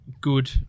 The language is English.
good